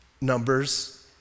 Numbers